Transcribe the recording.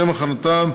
לשם הכנתה